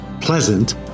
pleasant